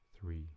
three